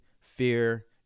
fear